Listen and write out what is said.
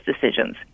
decisions